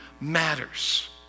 matters